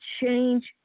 change